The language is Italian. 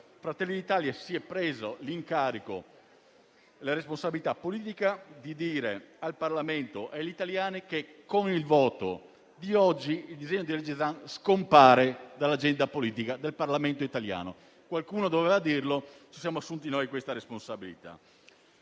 Fratelli d'Italia si è preso la responsabilità politica di dire al Parlamento e agli italiani che con il voto di oggi il disegno di legge Zan scompare dall'agenda politica del Parlamento italiano. Qualcuno doveva dirlo. Ci siamo assunti noi questa responsabilità.